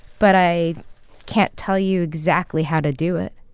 but i can't tell you exactly how to do it.